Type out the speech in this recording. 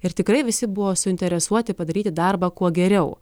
ir tikrai visi buvo suinteresuoti padaryti darbą kuo geriau